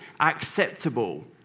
acceptable